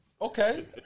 Okay